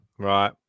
Right